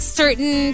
certain